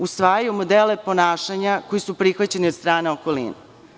Usvajaju modele ponašanja koji su prihvaćeni od strane okoline.